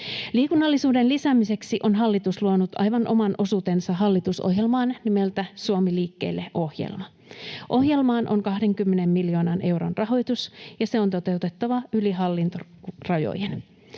Liikunnallisuuden lisäämiseksi on hallitus luonut hallitusohjelmaan aivan oman osuutensa nimeltä Suomi liikkeelle ‑ohjelma. Ohjelmaan on 20 miljoonan euron rahoitus, ja se on toteutettava yli hallintorajojen.